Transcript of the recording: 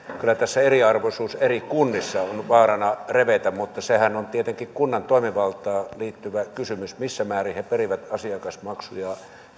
kyllä tässä eriarvoisuus eri kunnissa on vaarana revetä mutta sehän on tietenkin kunnan toimivaltaan liittyvä kysymys missä määrin he perivät asiakasmaksuja